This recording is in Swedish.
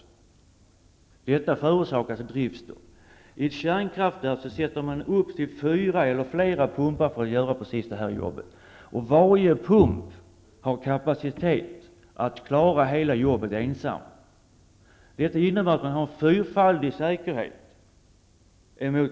Men detta kan förorsaka ett driftstopp. I ett kärnkraftverk sätter man upp fyra eller flera pumpar, och varje pump har kapacitet att klara hela jobbet ensam. Det innebär fyrfaldig säkerhet.